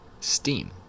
Steam